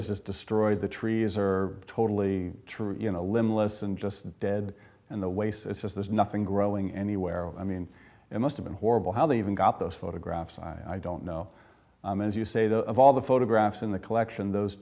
is just destroyed the trees are totally true in a limitless and just dead and the waste is just there's nothing growing anywhere oh i mean it must have been horrible how they even got those photographs i don't know and as you say the of all the photographs in the collection those